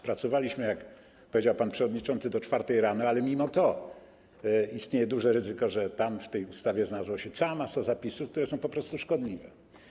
Pracowaliśmy, jak powiedział pan przewodniczący, do godz. 4 rano, ale mimo to istnieje duże ryzyko, że w tej ustawie znalazła się cała masa zapisów, które są po prostu szkodliwe.